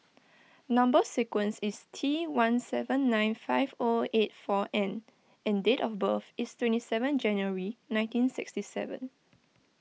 Number Sequence is T one seven nine five O eight four N and date of birth is twenty seven January nineteen sixty seven